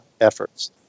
efforts